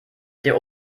der